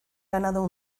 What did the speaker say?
ganado